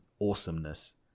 awesomeness